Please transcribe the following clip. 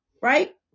right